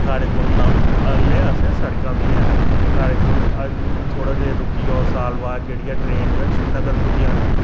साढ़े कोल हल्ले असें सड़कां बी हैन साढ़े कोल अज्ज थोह्ड़ा देर रूकी जाओ साल बाद जेह्ड़ी ऐ ट्रेन जो ऐ श्रीनगर पुज्जी जानी